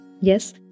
Yes